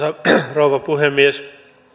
rouva puhemies